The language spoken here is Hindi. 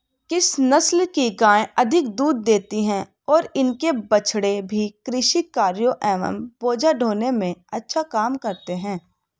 किस नस्ल की गायें अधिक दूध देती हैं और इनके बछड़े भी कृषि कार्यों एवं बोझा ढोने में अच्छा काम करते हैं?